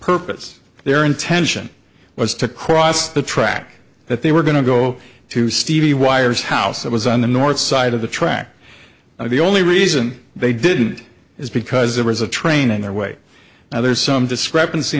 purpose their intention was to cross the track that they were going to go to stevie wire's house it was on the north side of the track i the only reason they didn't is because there was a train on their way now there's some discrepancy